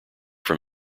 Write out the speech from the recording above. from